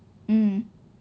mm